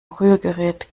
rührgerät